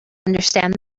understand